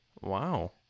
Wow